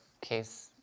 case